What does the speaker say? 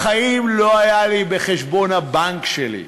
בחיים לא היה לי בחשבון הבנק שלי.